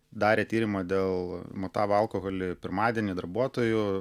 darė tyrimą dėl matavo alkoholį pirmadienį darbuotojų